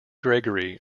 gregory